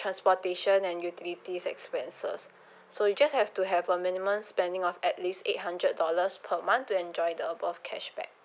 transportation and utilities expenses so you just have to have a minimum spending of at least eight hundred dollars per month to enjoy the above cashback